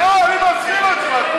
לא, אני בעצמי לא הצבעתי.